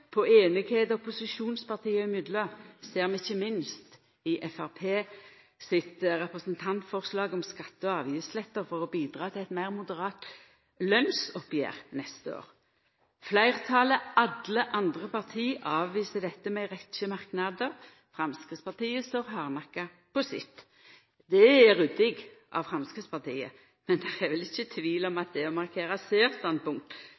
på semje opposisjonspartia imellom ser vi ikkje minst i Framstegspartiet sitt representantforslag om skatte- og avgiftslettar for å bidra til eit meir moderat lønnsoppgjer neste år. Fleirtalet, alle andre parti, avviser dette med ei rekkje merknader – Framstegspartiet står hardnakka på sitt. Det er ryddig av Framstegspartiet, men det er vel ikkje tvil om